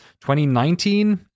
2019